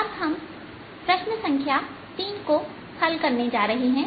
अब हम प्रश्न संख्या 3 को हल करने जा रहे हैं